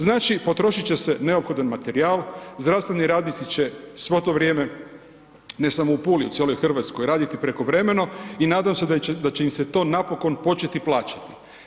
Znači potrošit će se neophodan materijal, zdravstveni radnici će svo to vrijeme ne samo u Puli, u cijeloj Hrvatskoj raditi prekovremeno i nadam se da će im se to napokon početi plaćati.